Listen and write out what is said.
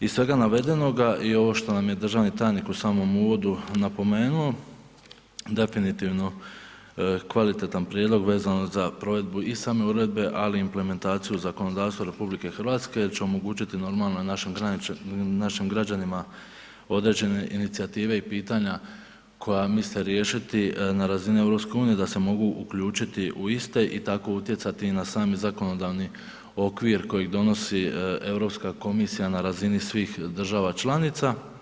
Iz svega navedenoga i ovo što nam je državni tajnik u samom uvodu napomenuo definitivno kvalitetan prijedlog vezan za provedbu i same uredbe ali i implementaciju zakonodavstva RH jer će omogućiti normalno i našim građanima određene inicijative i pitanja koja misle riješiti na razini EU da se mogu uključiti u iste i tako utjecati i na sami zakonodavni okvir kojeg donosi Europska komisija na razini svih država članica.